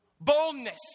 boldness